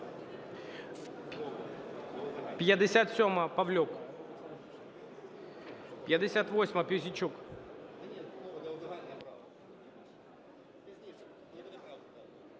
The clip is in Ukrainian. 57-а, Павлюк. 58-а, Пузійчук.